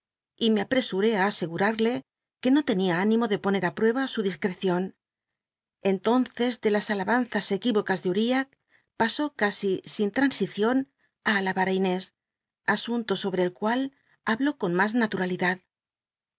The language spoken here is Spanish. y me aptesmó asegurarle que no tenia nimo de poner í prueba su cliscrccion entonces ele las alabanzas equívocas de uriah pasó casi sin ln á alabaré asunto sobre el cual habló con mas nnturalidnd